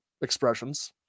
expressions